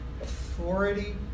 authority